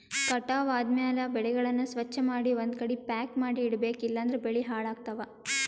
ಕಟಾವ್ ಆದ್ಮ್ಯಾಲ ಬೆಳೆಗಳನ್ನ ಸ್ವಚ್ಛಮಾಡಿ ಒಂದ್ಕಡಿ ಪ್ಯಾಕ್ ಮಾಡಿ ಇಡಬೇಕ್ ಇಲಂದ್ರ ಬೆಳಿ ಹಾಳಾಗ್ತವಾ